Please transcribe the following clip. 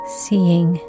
seeing